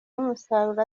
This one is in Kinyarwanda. y’umusaruro